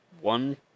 one